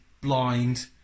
blind